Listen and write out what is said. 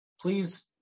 Please